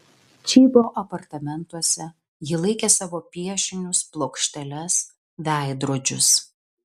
čybo apartamentuose ji laikė savo piešinius plokšteles veidrodžius